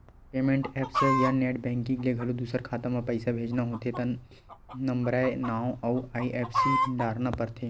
payment apps या net banking ले घलो दूसर खाता म पइसा भेजना होथे त नंबरए नांव अउ आई.एफ.एस.सी डारना परथे